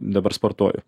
dabar sportuoju